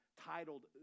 titled